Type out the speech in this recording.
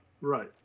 Right